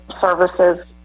services